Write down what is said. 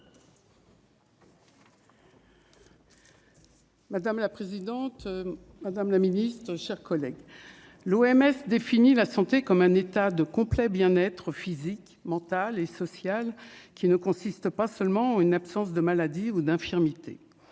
Madame la présidente, madame la Ministre, chers collègues, l'OMS définit la santé comme un état de complet bien-être physique, mental et social qui ne consiste pas seulement une absence de maladie ou d'infirmité